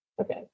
Okay